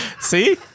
See